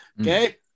okay